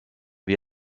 wir